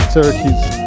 Syracuse